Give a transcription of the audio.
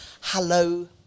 hello